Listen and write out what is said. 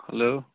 hello